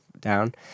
down